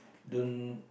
don't